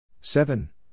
Seven